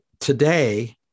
Today